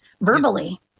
verbally